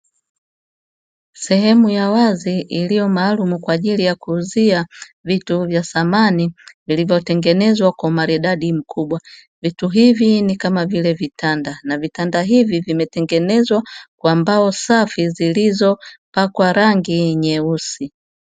Sehemu ya wazi iliyo maalumu kwa ajili ya kuuzia vitu vya samani vilivyotengenezwa kwa umaridadi mkubwa, vitu hivi ni kama vile vitanda na vitanda hivi vimetengenezwa kwa mbao safi zilizopakwa rangi nyeusi.